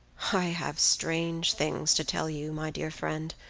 i have strange things to tell you, my dear friend,